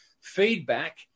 feedback